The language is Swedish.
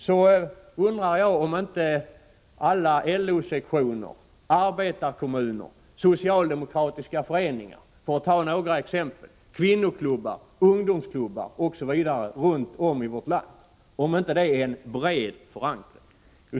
Jag undrar om inte LO-sektioner, arbetarkommuner, socialdemokratiska föreningar, kvinnoklubbar, ungdomsklubbar osv. runt om i vårt land måste anses vara bred förankring.